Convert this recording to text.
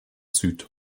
süd